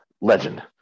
Legend